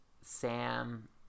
sam